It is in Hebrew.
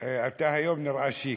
אתה היום נראה שיק.